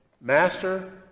Master